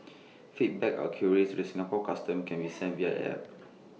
feedback or queries to the Singapore Customs can be sent via the app